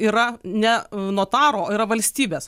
yra ne notaro yra valstybės